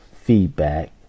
feedback